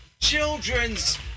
children's